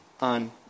on